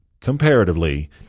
comparatively